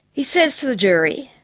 he says to the jury,